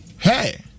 Hey